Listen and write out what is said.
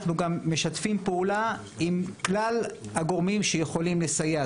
אנחנו גם משתפים פעולה עם כלל הגורמים שיכולים לסייע,